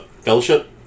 Fellowship